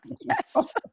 Yes